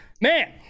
man